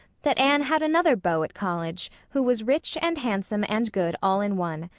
that anne had another beau at college, who was rich and handsome and good all in one.